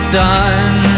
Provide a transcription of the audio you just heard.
done